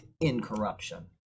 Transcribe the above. incorruption